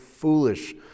foolish